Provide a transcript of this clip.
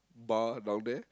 bar down there